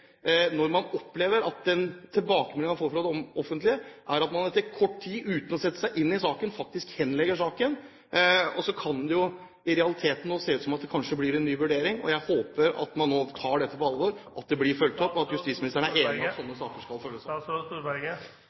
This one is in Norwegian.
når man opplever at den tilbakemeldingen man får fra det offentlige, er at man etter kort tid, uten å sette seg inn i saken, henlegger saken? Så kan det jo i realiteten nå se ut som om det blir en ny vurdering. Jeg håper at man nå tar dette på alvor, at det blir fulgt opp, og at justisministeren er enig i at slike saker skal